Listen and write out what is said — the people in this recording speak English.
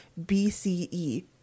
BCE